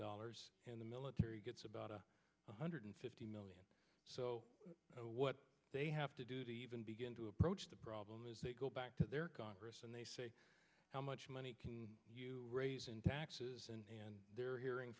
dollars in the military gets about one hundred fifty million so what they have to do to even begin to approach the problem is they go back to their congress and they say how much money can you raise in taxes and they're hearing